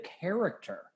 character